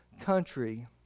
country